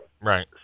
right